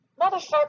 Motherfucker